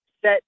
set